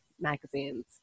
magazines